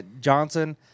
Johnson